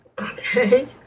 Okay